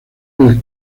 del